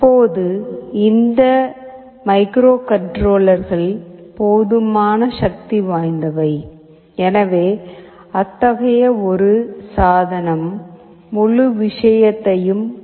இப்போது இந்த மைக்ரோகண்ட்ரோலர்கள் போதுமான சக்திவாய்ந்தவை எனவே அத்தகைய ஒரு சாதனம் முழு விஷயத்தையும் கட்டுப்படுத்த முடியும்